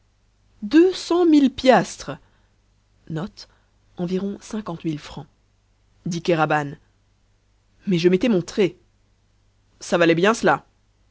mille piastres dit kéraban mais je m'étais montré ça valait bien cela